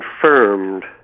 confirmed